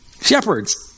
Shepherds